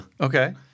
Okay